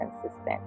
consistent